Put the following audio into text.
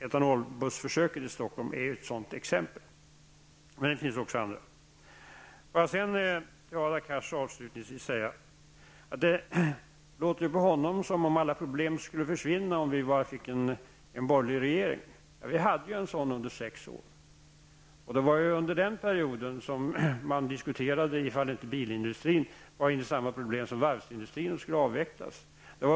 Etanolbussförsöket i Stockholm är ett sådant exempel, men det finns också andra. Det låter på Hadar Cars som om alla problem skulle försvinna om vi bara fick en borgerlig regering. Vi hade ju en sådan under sex år. Under den perioden diskuterade man faktiskt om bilindustrin hade samma problem som varvsindustrin och därför skulle avvecklas.